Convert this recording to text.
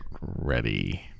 ready